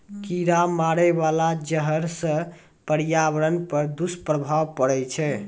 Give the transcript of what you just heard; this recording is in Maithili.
कीरा मारै बाला जहर सँ पर्यावरण पर दुष्प्रभाव पड़ै छै